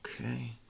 Okay